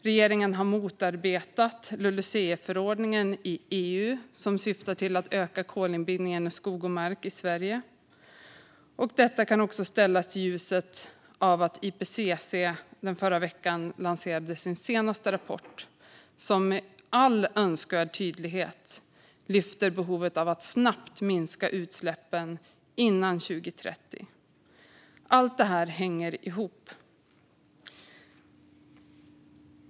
Regeringen har motarbetat LULUCF-förordningen i EU, som syftar till att öka kolinbindningen i skog och mark i Sverige. Detta kan sättas i ljuset av att IPCC i förra veckan lanserade sin senaste rapport, som med all önskvärd tydlighet lyfter behovet av att snabbt minska utsläppen innan 2030. Allt det här hänger ihop.